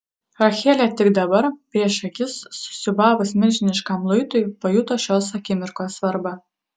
rachelė tik dabar prieš akis susiūbavus milžiniškam luitui pajuto šios akimirkos svarbą